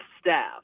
staff